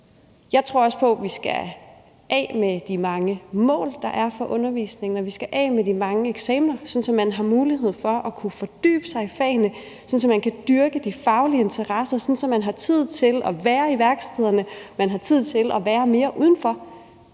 Jeg tror også på, at vi skal af med de mange mål, der er for undervisningen, og at vi skal af med de mange eksamener, sådan at man har mulighed for at kunne fordybe sig i fagene, man kan dyrke de faglige interesser, man har tid til at være i værkstederne og man har tid til at være mere udenfor.